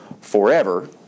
forever